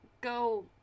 go